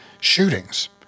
shootings